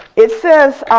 it says